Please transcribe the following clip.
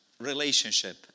relationship